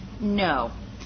No